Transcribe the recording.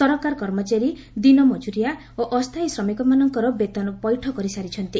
ସରକାର କର୍ମଚାରୀ ଦିନ ମଜୁରିଆ ଓ ଅସ୍ଥାୟୀ ଶ୍ରମିକମାନଙ୍କର ବେତନ ପୈଠ କରିସାରିଛନ୍ତି